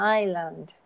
island